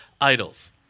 idols